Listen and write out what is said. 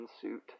suit